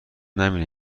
نبینه